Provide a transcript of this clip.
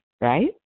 right